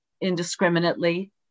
indiscriminately